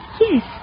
Yes